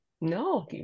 No